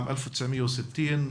בשנת 1960,